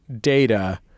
data